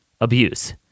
abuse